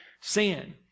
sin